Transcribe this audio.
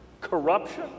corruption